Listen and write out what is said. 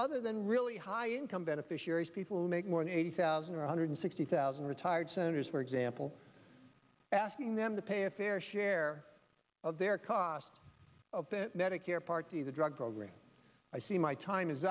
other than really high income beneficiaries people who make more than eighty thousand one hundred sixty thousand retired senators for example asking them to pay a fair share of their cost of medicare part d the drug program i see my time is